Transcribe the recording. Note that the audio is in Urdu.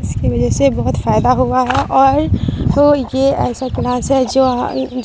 اس کی وجہ سے بہت فائدہ ہوا ہے اور تو یہ ایسا کلاس ہے جو